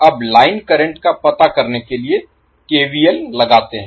अब line current का पता करने के लिए KVL लगाते हैं